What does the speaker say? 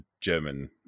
German